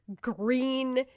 green